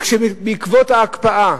ובעקבות ההקפאה